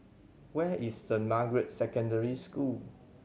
where is Saint Margaret's Secondary School